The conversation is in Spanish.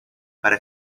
para